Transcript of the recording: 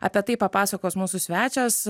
apie tai papasakos mūsų svečias